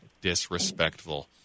disrespectful